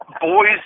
Boys